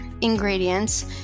ingredients